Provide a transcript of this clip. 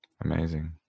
Amazing